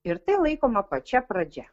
ir tai laikoma pačia pradžia